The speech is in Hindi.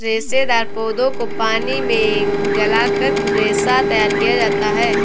रेशेदार पौधों को पानी में गलाकर रेशा तैयार किया जाता है